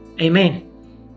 Amen